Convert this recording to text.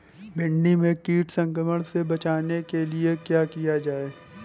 भिंडी में कीट संक्रमण से बचाने के लिए क्या किया जाए?